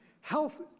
Health